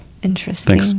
Interesting